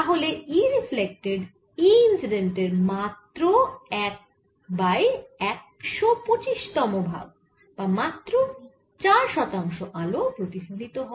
তাহলে S reflected E incident এর মাত্র 1 বাই 25 ভাগ বা মাত্র 4 শতাংশ আলো প্রতিফলিত হয়